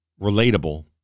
relatable